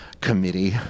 committee